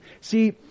See